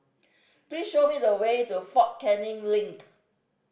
please show me the way to Fort Canning Link